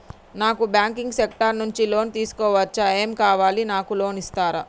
నాకు banking sector నుంచి loan తీసుకోవచ్చా? ఏమేం కావాలి? నాకు లోన్ ఇస్తారా?